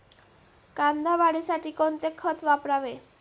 कांदा वाढीसाठी कोणते खत वापरावे?